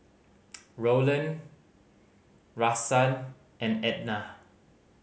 Rowland Rahsaan and Ednah